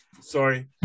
Sorry